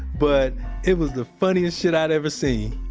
but it was the funniest shit i'd ever seen.